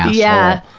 yeah.